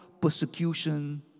persecution